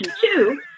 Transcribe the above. two